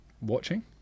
watching